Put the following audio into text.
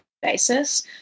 Basis